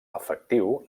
efectiu